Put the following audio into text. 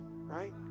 right